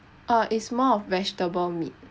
uh it's more of vegetable meat